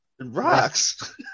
rocks